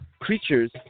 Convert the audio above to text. creatures